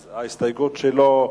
אז ההסתייגות שלו,